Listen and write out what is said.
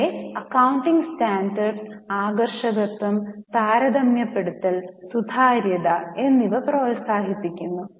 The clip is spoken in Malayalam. പൊതുവേ അക്കൌണ്ടിംഗ് സ്റ്റാൻഡേർഡ്സ് ആകർഷകത്വം താരതമ്യപ്പെടുത്തൽ സുതാര്യത എന്നിവ പ്രോത്സാഹിപ്പിക്കുന്നു